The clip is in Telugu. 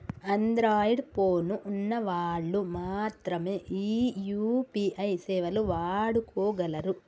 అన్ద్రాయిడ్ పోను ఉన్న వాళ్ళు మాత్రమె ఈ యూ.పీ.ఐ సేవలు వాడుకోగలరు